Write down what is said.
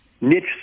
Niche